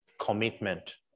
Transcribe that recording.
commitment